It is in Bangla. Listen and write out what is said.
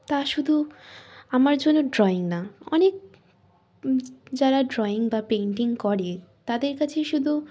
তা শুধু আমার জন্য ড্রয়িং না অনেক যারা ড্রয়িং বা পেইন্টিং করে তাদের কাছে শুধু